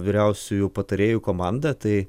vyriausiųjų patarėjų komandą tai